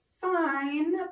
fine